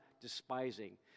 despising